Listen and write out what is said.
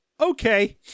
okay